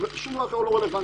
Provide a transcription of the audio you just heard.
שום דבר אחר לא רלוונטי.